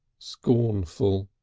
scornful.